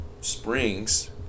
Springs